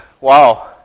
Wow